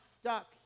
stuck